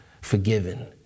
forgiven